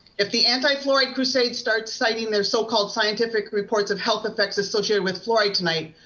if the anti fluoride crusade starts citing their so-called scientific reports of health effects associated with fluoride tonight,